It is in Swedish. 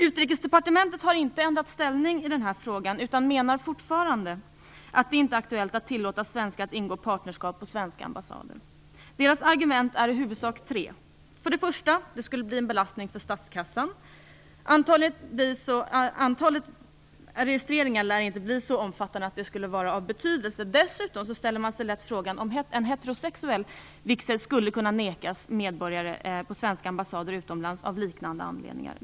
Utrikesdepartementet har inte ändrat inställning i den här frågan, utan menar fortfarande att det inte är aktuellt att tillåta svenskar att ingå partnerskap på svenska ambassader. Dess argument är i huvudsak tre. Det första argumentet är att det skulle bli en belastning för statskassan. Antalet registreringar lär dock inte bli så omfattande att detta skulle vara av betydelse. Dessutom ställer man sig lätt frågan om heterosexuell vigsel skulle kunna nekas svenska medborgare på svenska ambassader utomlands av liknande anledningar.